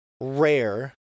rare